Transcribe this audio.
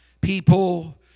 People